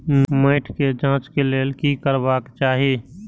मैट के जांच के लेल कि करबाक चाही?